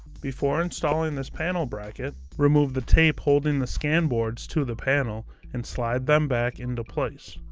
before installing this panel bracket, remove the tape holding the scan boards to the panel, and slide them back into place.